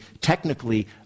technically